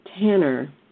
Tanner